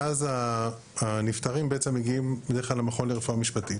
ואז הנפטרים בעצם מגיעים בדרך כלל למכון לרפואה משפטית.